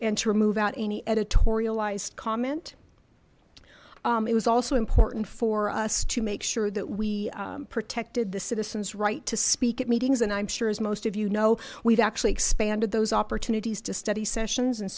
and to remove out any editorialized comment it was also important for us to make sure that we protected the citizens right to speak at meetings and i'm sure as most of you know we've actually expanded those opportunities to study sessions and